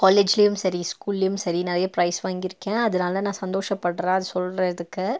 காலேஜ்லேயும் சரி ஸ்கூல்லேயும் சரி நிறைய ப்ரைஸ் வாங்கியிருக்கேன் அதனால நான் சந்தோஷப்படுறேன் அது சொல்கிறதுக்கு